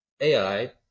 ai